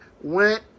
went